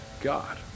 God